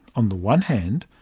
on one hand,